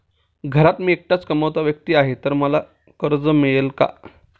घरात मी एकटाच कमावता व्यक्ती आहे तर मला कर्ज मिळेल का?